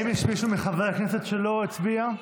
האם יש מישהו מחברי הכנסת שלא הצביע?